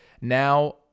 Now